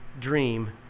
dream